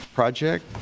Project